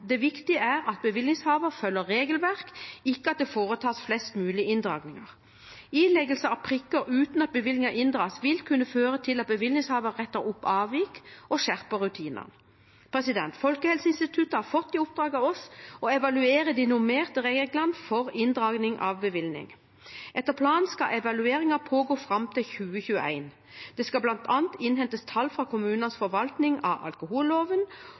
det foretas flest mulig inndragninger. Ileggelse av prikker uten at bevillingen inndras, vil kunne føre til at bevillingshaveren retter opp avvik og skjerper rutinene. Folkehelseinstituttet har fått i oppdrag av oss å evaluere de normerte reglene for inndragning av bevilling. Etter planen skal evalueringen pågå fram til 2021. Det skal bl.a. innhentes tall fra kommunenes forvaltning av alkoholloven,